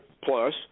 plus